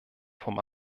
vom